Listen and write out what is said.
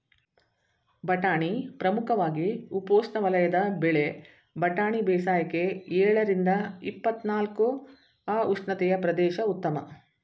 ಬಟಾಣಿ ಪ್ರಮುಖವಾಗಿ ಉಪೋಷ್ಣವಲಯದ ಬೆಳೆ ಬಟಾಣಿ ಬೇಸಾಯಕ್ಕೆ ಎಳರಿಂದ ಇಪ್ಪತ್ನಾಲ್ಕು ಅ ಉಷ್ಣತೆಯ ಪ್ರದೇಶ ಉತ್ತಮ